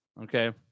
Okay